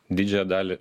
didžiąją dalį